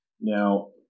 Now